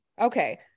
Okay